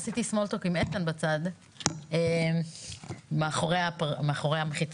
עשיתי "סמול-טוק" עם איתן בצד, מאחורי המחיצה.